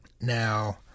Now